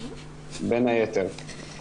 בין היתר.